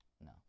No